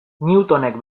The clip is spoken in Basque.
newtonek